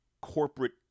Corporate